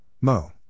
Mo